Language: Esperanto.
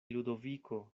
ludoviko